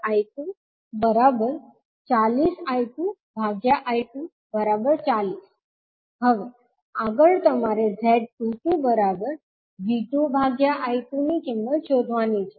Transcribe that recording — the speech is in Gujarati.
Z12V1I240I2I240 𝛺 હવે આગળ તમારે Z22V2I2 Z22V2I23040I2I270 𝛺 ની કિંમત શોધવાની છે